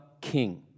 king